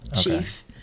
chief